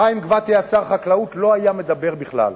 חיים גבתי היה שר החקלאות, ולא היה מדבר בכלל.